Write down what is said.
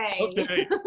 Okay